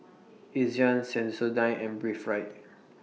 Ezion Sensodyne and Breathe Right